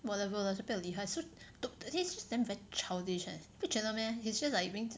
whatever then 就不要理他 so he's just then very childish leh 你不会觉得 meh he's just like being